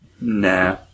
Nah